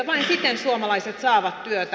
vain siten suomalaiset saavat työtä